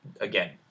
Again